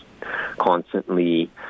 constantly